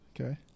Okay